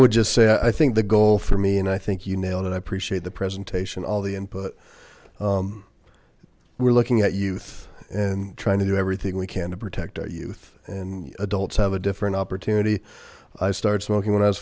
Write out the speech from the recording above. would just say i think the goal for me and i think you nailed and i appreciate the presentation all the input we're looking at youth and trying to do everything we can to protect our youth and adults have a different opportunity i started smoking when i was